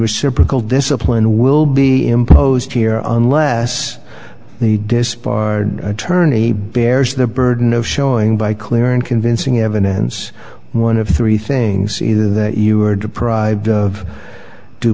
will discipline will be imposed here unless the disbarred attorney bears the burden of showing by clear and convincing evidence one of three things either that you were deprived of due